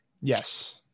Yes